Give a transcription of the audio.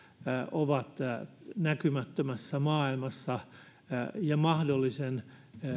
ovat näkymättömässä maailmassa ja mahdollisen